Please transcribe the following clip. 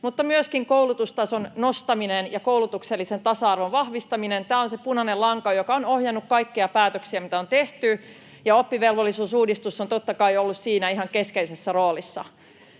mutta myöskin koulutustason nostaminen ja koulutuksellisen tasa-arvon vahvistaminen. Tämä on se punainen lanka, joka on ohjannut kaikkia päätöksiä, mitä on tehty, ja oppivelvollisuusuudistus on, totta kai, ollut siinä ihan keskeisessä roolissa.